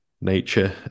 Nature